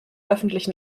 öffentlichen